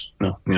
No